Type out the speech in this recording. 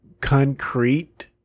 concrete